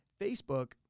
Facebook